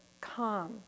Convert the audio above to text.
calm